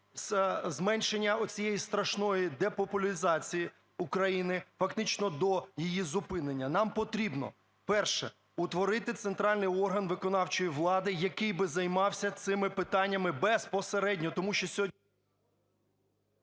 зменшення оцієї страшноїдепопулізації України, фактично до її зупинення. Нам потрібно: перше – утворити центральний орган виконавчої влади, який би займався цими питаннями безпосередньо, тому що сьогодні…